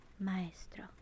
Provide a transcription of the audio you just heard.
Maestro